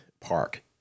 Park